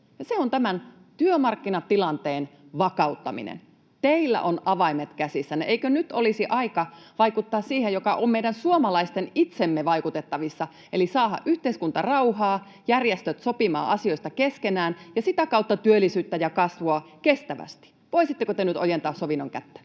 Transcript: se on tämän työmarkkinatilanteen vakauttaminen. Teillä on avaimet käsissänne. Eikö nyt olisi aika vaikuttaa siihen, joka on meidän suomalaisten itsemme vaikutettavissa, eli saada yhteiskuntarauhaa, järjestöt sopimaan asioista keskenään ja sitä kautta työllisyyttä ja kasvua kestävästi? Voisitteko te nyt ojentaa sovinnon kättä?